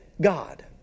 God